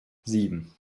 sieben